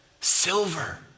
silver